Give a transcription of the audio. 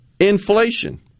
inflation